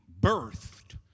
birthed